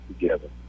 together